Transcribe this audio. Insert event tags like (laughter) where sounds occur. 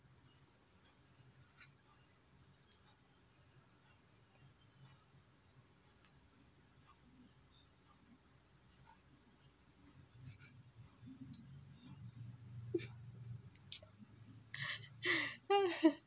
(laughs)